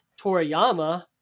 Toriyama